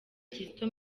kizito